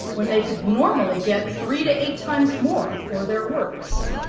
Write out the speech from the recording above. when they could normally get three to eight times more for their works?